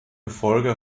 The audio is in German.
gefolge